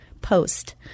post